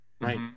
Right